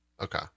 okay